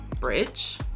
bridge